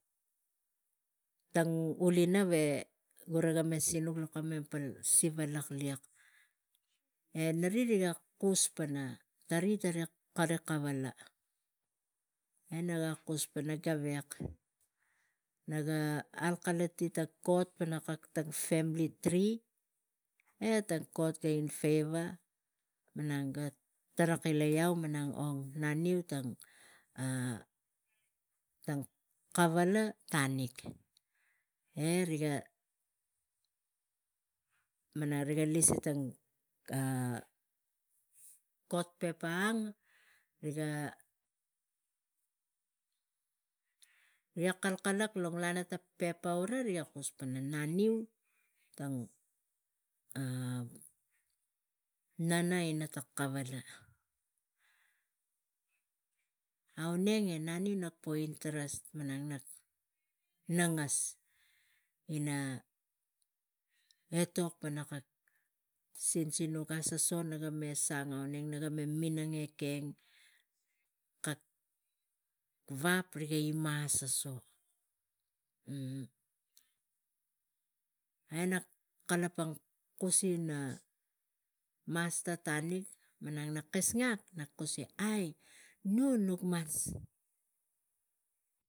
Tang ulina ve gura ga me sinuk lo tang pal siva tanik e rik kus pana nari kari kavala e naga kus pana gavek naga kalkalak ina lo kot kak tang femili tri e tang kot ga feiva, ga tara kilei au pana naniu tang kavala tanik e riga malang riga lisani tang kot pepa riga kalkalag lo tang pepa gura e rik ga kus pana naniu nana ina kavala, auneng e nanniu nak trusti ina etok lo kak sin sinuk asasaro e sang auneng, naga me minang ekeng kek vap riga minang asaso e nak kalapang kusi na masta tanik malang tang kasnak, ai nuk mas